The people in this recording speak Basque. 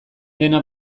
dena